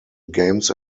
games